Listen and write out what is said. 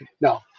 No